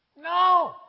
No